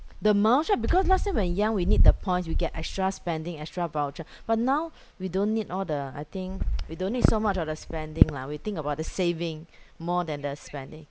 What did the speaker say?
the miles right because last time when young we need the points you get extra spending extra voucher but now we don't need all the I think we don't need so much of the spending lah we think about the saving more than the spending